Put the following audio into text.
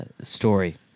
story